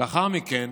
לאחר מכן,